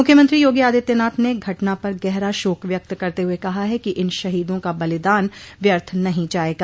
मुख्यमंत्री योगी आदित्यानाथ ने घटना पर गहरा शोक व्यक्त करते हुए कहा है कि इन शहीदों का बलिदान व्यर्थ नहीं जायेगा